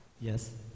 Yes